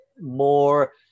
more